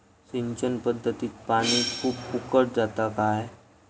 सिंचन पध्दतीत पानी खूप फुकट जाता काय?